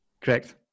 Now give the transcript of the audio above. Correct